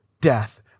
death